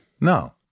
no